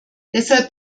deshalb